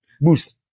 Boost